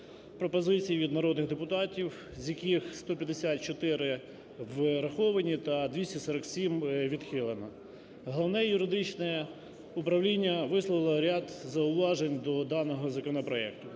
пропозицій від народних депутатів, з яких 154 враховані та 247 відхилено. Головне юридичне управління висловило ряд зауважень до даного законопроекту.